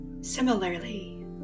Similarly